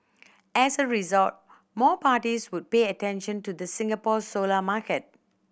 as a result more parties would pay attention to the Singapore solar market